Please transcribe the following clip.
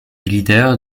leader